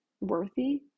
worthy